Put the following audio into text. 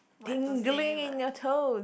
tingling in your toes